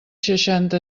seixanta